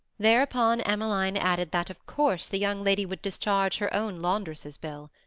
thereupon emmeline added that, of course, the young lady would discharge her own laundress's bill.